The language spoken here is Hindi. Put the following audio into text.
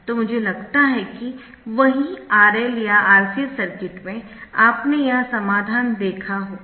तो मुझे लगता है कि वही RL या RC सर्किट में आपने यह समाधान देखा होगा